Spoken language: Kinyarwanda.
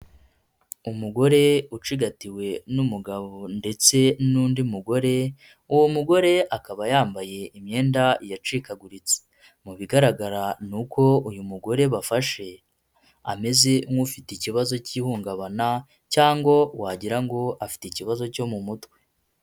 Umugore ucigatiwe n'umugabo ndetse n'undi mugore, uwo mugore akaba yambaye imyenda yacikaguritse, mu bigaragara ni uko uyu mugore bafashe ameze nk'ufite ikibazo cy'ihungabana cyangwa wagira ngo afite ikibazo cyo mu mutwe.